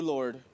Lord